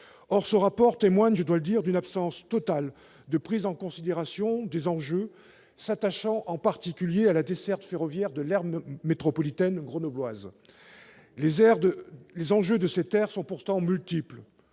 Or ce rapport témoigne, je dois le dire, d'une absence totale de prise en considération des enjeux s'attachant, en particulier, à la desserte ferroviaire de l'aire métropolitaine grenobloise. Les enjeux de cette aire sont pourtant multiples.